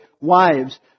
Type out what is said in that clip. wives